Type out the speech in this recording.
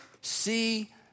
see